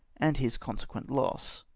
and his consequent loss.